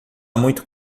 muito